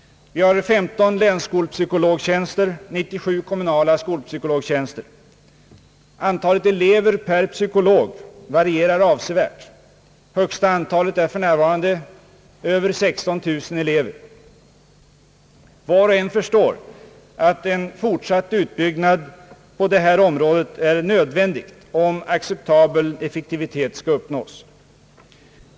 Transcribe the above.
Vi har 15 länsskolpsykologtjänster och 97 kommunala skolpsykologtjänster. Antalet elever per psykolog varierar avsevärt. Högsta antalet är för närvarande över 16 000. Var och en förstår att en fortsatt utbyggnad på det här området är nödvändig, om acceptabel effektivitet skall uppnås.